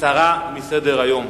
להסיר מסדר-היום.